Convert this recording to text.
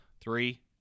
Three